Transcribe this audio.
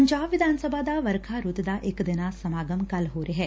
ਪੰਜਾਬ ਵਿਧਾਨ ਸਭਾ ਦਾ ਵਰਖਾ ਰੁੱਤ ਦਾ ਇਕ ਦਿਨਾਂ ਅਜਲਾਸ ਕੱਲ੍ ਸੁਰੂ ਹੋ ਰਿਹੈ